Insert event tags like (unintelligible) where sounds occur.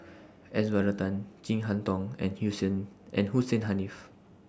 S Varathan Chin Harn Tong and (unintelligible) and Hussein Haniff